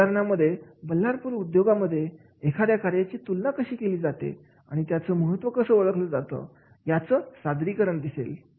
या उदाहरणांमध्ये बल्लारपूर उद्योगांमध्ये एखाद्या कार्याची तुलना कशी केली जाते आणि त्याचं महत्त्व कसं ओळखले जातात याचं सादरीकरण दिसेल